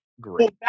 great